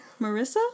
Marissa